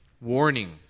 warning